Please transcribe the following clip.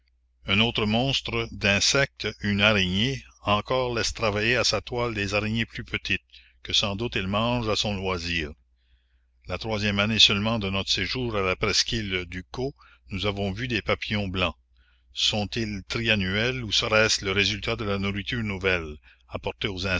un autre monstre d'insecte une araignée encore laisse travailler à sa toile des araignées plus petites que sans doute elle mange à son loisir la troisième année seulement de notre séjour à la presqu'île ducos nous avons vu des papillons blancs sont-ils triannuels ou serait-ce le résultat de la nourriture nouvelle apportée aux